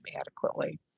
adequately